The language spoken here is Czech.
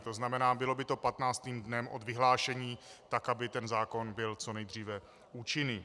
To znamená, bylo by to patnáctým dnem od vyhlášení, tak, aby ten zákon byl co nejdříve účinný.